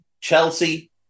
Chelsea